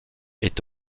est